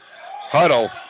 huddle